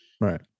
Right